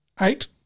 eight